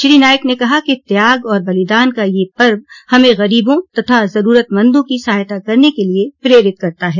श्री नाईक ने कहा कि त्याग और बलिदान का यह पर्व हमें गरीबों तथा जरूरतमंदों की सहायता करने के लिए प्रेरित करता है